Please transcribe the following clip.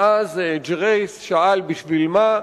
ואז ג'רייס שאל: בשביל מה,